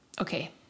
Okay